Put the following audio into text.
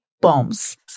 bombs